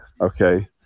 Okay